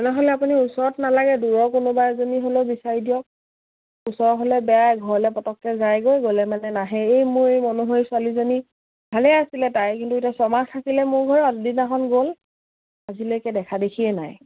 নহ'লে আপুনি ওচৰত নালাগে দূৰৰ কোনোবা এজনী হ'লেও বিচাৰি দিয়ক ওচৰৰ হ'লে বেয়াই ঘৰলে পটককে যায়গৈ গ'লে মানে নাহে এই মোৰ এই মনোহৰী ছোৱালীজনী ভালে আছিলে তাই কিন্তু এতিয়া ছমাহ থাকিলে মোৰ ঘৰত আগদিনাখন গ'ল আজিলৈকে দেখা দেখিয়ে নাই